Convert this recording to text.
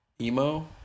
emo